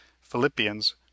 Philippians